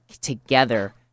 together